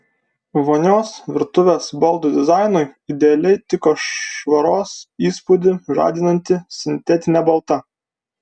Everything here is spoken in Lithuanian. vonios virtuvės baldų dizainui idealiai tiko švaros įspūdį žadinanti sintetinė balta